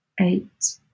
eight